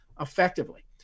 effectively